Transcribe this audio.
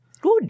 Good